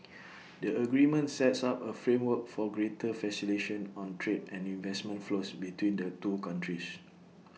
the agreement sets up A framework for greater facilitation on trade and investment flows between the two countries